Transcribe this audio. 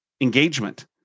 engagement